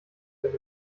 than